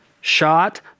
shot